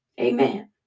Amen